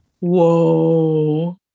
whoa